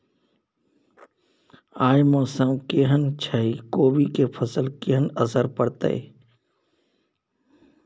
आय मौसम केहन छै कोबी के फसल पर केहन असर परतै?